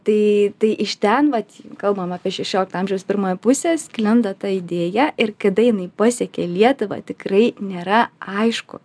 tai tai iš ten vat kalbam apie šešiolikto amžiaus pirmąją pusę sklinda ta idėja ir kada jinai pasiekė lietuvą tikrai nėra aišku